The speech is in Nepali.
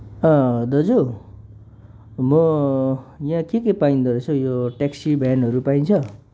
दाजु म यहाँ के के पाइँदो रहेछ यो ट्याक्सी भ्यानहरू पाइन्छ